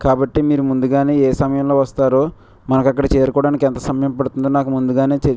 కాబట్టి మీరు ముందుగానే ఏ సమయంలో వస్తారో మనకు అక్కడ చేరుకోవడానికి ఎంత సమయం పడుతుందో నాకు ముందుగానే